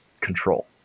control